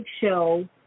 show